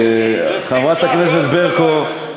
חברת הכנסת ברקו,